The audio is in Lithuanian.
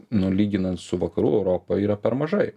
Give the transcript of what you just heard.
nu lyginant su vakarų europa yra per mažai